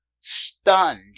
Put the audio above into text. stunned